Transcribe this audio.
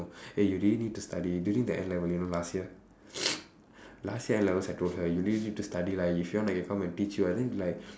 eh you really need to study during the N level you know last year last year N levels I told her you really need to study lah if you want I can come and teach you ah then like